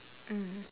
mmhmm